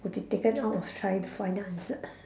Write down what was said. would be taken out of trying to find the answer